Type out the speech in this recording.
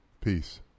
Peace